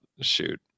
Shoot